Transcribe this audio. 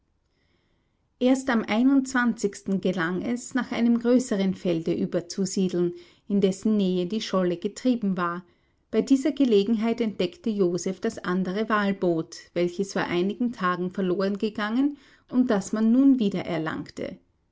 erst am gelang es nach einem größeren felde überzusiedeln in dessen nähe die scholle getrieben war bei dieser gelegenheit entdeckte joseph das andere walboot welches vor einigen tagen verloren gegangen und das man nun wieder erlangte